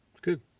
Good